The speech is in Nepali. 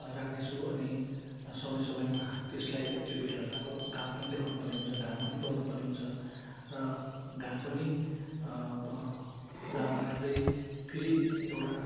राख्ने छु अनि समय समयमा त्यसलाई त्यो बिरुवाहरूलाई अब घाम पनि देखाउनु पर्ने हुन्छ घाम पनि पर्नु पर्ने हुन्छ र घाम पनि घाममा राख्दै फेरि एउटा